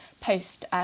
post